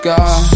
God